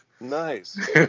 Nice